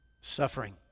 Suffering